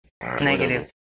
Negative